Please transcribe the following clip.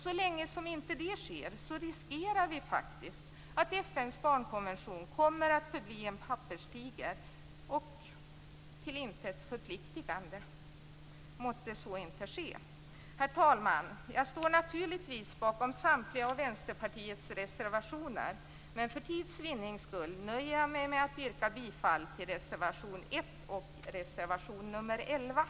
Så länge som det inte sker riskerar vi faktiskt att FN:s barnkonvention kommer att förbli en papperstiger och till intet förpliktande. Måtte så inte ske. Herr talman! Jag står naturligtvis bakom samtliga av Vänsterpartiets reservationer, men för tids vinning nöjer jag mig med att yrka bifall till reservation nr 1